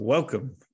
Welcome